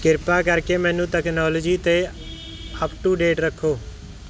ਕਿਰਪਾ ਕਰਕੇ ਮੈਨੂੰ ਤਕਨਾਲੋਜੀ 'ਤੇ ਅਪ ਟੂ ਡੇਟ ਰੱਖੋ